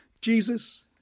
Jesus